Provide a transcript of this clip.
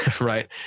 right